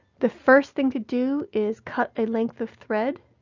the first thing to do is cut a length of thread,